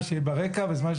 כבוד גדול לנו.